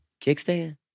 Kickstand